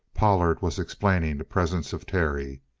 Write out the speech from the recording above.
pollard was explaining the presence of terry.